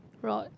rod